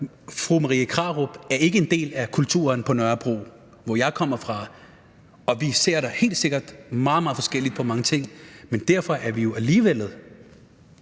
fru Marie Krarup ikke er en del af kulturen på Nørrebro, hvor jeg kommer fra, og vi ser da helt sikkert meget, meget forskelligt på mange ting. Men derfor er vi jo alligevel,